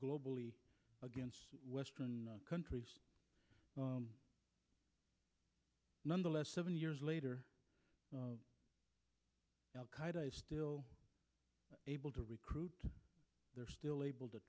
globally against western countries nonetheless seven years later al qaeda is still able to recruit they're still able to